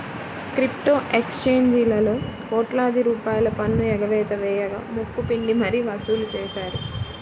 crypto ఎక్స్చేంజీలలో కోట్లాది రూపాయల పన్ను ఎగవేత వేయగా ముక్కు పిండి మరీ వసూలు చేశారు